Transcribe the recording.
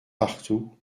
partout